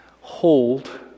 hold